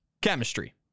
Chemistry